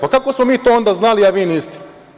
Kako smo mi to onda znali, a vi niste?